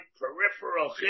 peripheral